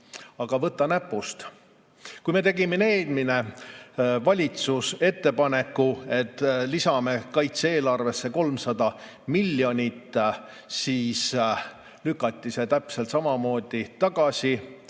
Aga võta näpust! Kui me tegime eelmises valitsuses ettepaneku, et lisame kaitse-eelarvesse 300 miljonit, siis lükati see täpselt samamoodi tagasi